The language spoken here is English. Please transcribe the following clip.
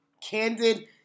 candid